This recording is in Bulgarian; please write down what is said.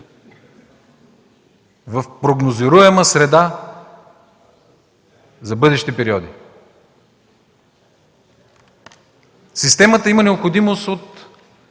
в прогнозируема среда за бъдещи периоди. Системата има необходимост да